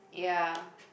ya